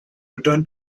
return